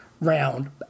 round